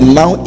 now